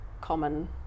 common